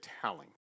telling